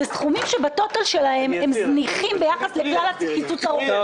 אלה סכומים שבטוטאל שלהם הם זניחים ביחס לכלל הקיצוץ הרוחבי.